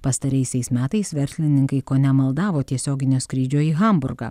pastaraisiais metais verslininkai kone maldavo tiesioginio skrydžio į hamburgą